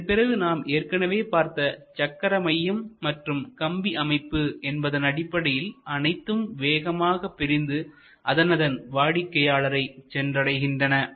இதன்பின் நாம் ஏற்கனவே பார்த்த சக்கரமையம் மற்றும் கம்பி அமைப்பு என்பதன் அடிப்படையில் அனைத்தும் வேகமாக பிரிந்து அதனதன் வாடிக்கையாளரை சென்றடைகின்றன